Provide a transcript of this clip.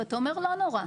כי אתה אומר לא נורא,